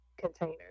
container